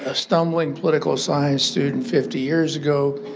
ah stumbling political science student fifty years ago,